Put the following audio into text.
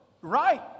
right